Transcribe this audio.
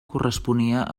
corresponia